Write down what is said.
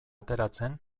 ateratzen